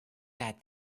that